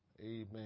Amen